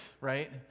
right